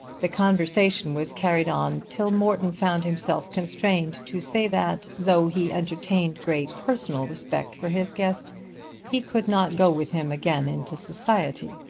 the conversation was carried on till morton found himself constrained to say that though he entertained great personal respect for his guest he could not go with him again into society.